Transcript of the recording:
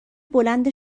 بلند